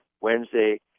Wednesday